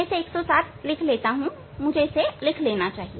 इसलिए मुझे लिख लेना चाहिए